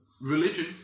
Religion